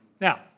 Now